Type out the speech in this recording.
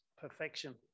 perfection